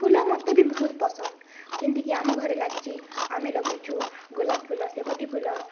ଫୁଲ ମୋତେ ବି ବହୁତ ପସନ୍ଦ ଯେମିତିକି ଆମ ଘରେ ଲାଗିଛି ଆମେ ଲଗେଇଛୁ ଗୋଲାପ ଫୁଲ ସେବତି ଫୁଲ